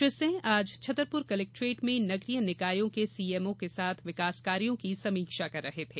श्री सिंह आज छतरपुर कलेक्ट्रेट में नगरीय निकायों के सीएमओ के साथ विकास कार्यों की समीक्षा कर रहे थे